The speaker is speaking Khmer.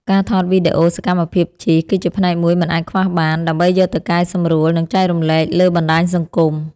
ការថតវីដេអូសកម្មភាពជិះ គឺជាផ្នែកមួយមិនអាចខ្វះបាន ដើម្បីយកទៅកែសម្រួល និងចែករំលែកលើបណ្ដាញសង្គម។